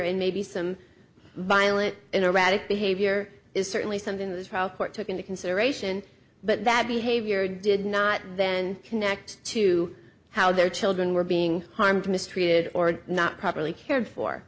and maybe some violent erratic behavior is certainly something the trial court took into consideration but that behavior did not then connect to how their children were being harmed mistreated or not properly cared for